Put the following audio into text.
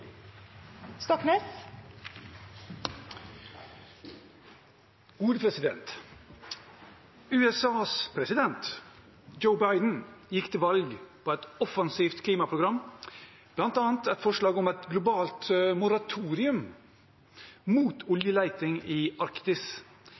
Stoknes til statsministeren, er overført til utenriksministeren. «USAs president Joe Biden gikk til valg på et offensivt klimaprogram, blant annet et forslag om globalt moratorium mot